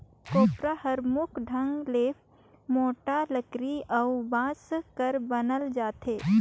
कोपर हर मुख ढंग ले मोट लकरी अउ बांस कर बनाल जाथे